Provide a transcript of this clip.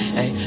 Hey